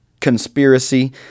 conspiracy